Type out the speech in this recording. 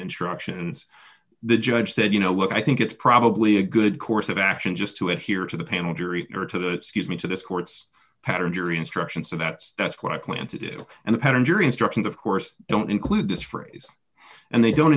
instructions the judge said you know look i think it's probably a good course of action just to adhere to the panel jury or to the scuse me to this court's pattern jury instructions so that's what i plan to do and the pattern jury instructions of course don't include this phrase and they don't